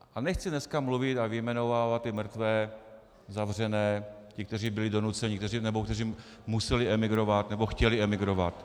A nechci dneska mluvit a vyjmenovávat ty mrtvé, zavřené, ty, kteří byli donuceni nebo museli emigrovat nebo chtěli emigrovat.